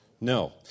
No